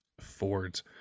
Fords